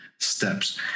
steps